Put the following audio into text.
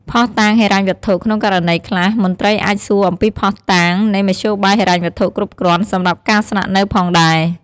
ភស្តុតាងហិរញ្ញវត្ថុ ក្នុងករណីខ្លះ មន្ត្រីអាចសួរអំពីភស្តុតាងនៃមធ្យោបាយហិរញ្ញវត្ថុគ្រប់គ្រាន់សម្រាប់ការស្នាក់នៅផងដែរ។